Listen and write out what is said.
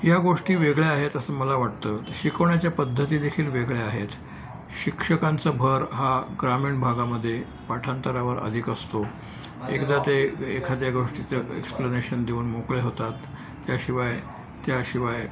या गोष्टी वेगळ्या आहेत असं मला वाटतं शिकवण्याच्या पद्धतीदेखील वेगळ्या आहेत शिक्षकांचा भर हा ग्रामीण भागामध्ये पाठांतरावर अधिक असतो एकदा ते एखाद्या गोष्टीचं एक्सप्लनेशन देऊन मोकळे होतात त्याशिवाय त्याशिवाय